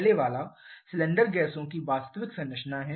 पहले वाला सिलेंडर गैसों की वास्तविक संरचना है